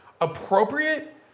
Appropriate